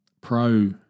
pro